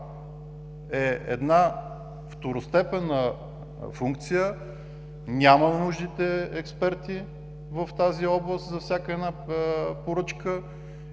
е една второстепенна функция, няма нужните експерти в тази област за всяка поръчка.